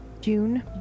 June